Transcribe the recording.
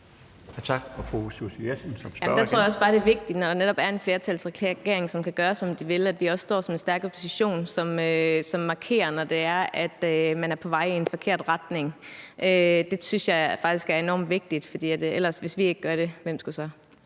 Kl. 14:49 Susie Jessen (DD): Der tror jeg også bare, at det er vigtigt, når der netop er en flertalsregering, som kan gøre, som den vil, at vi står som en stærk opposition, som markerer, når man er på vej i en forkert retning. Det synes jeg faktisk er enormt vigtigt, for hvis vi ikke gør det, hvem skulle så?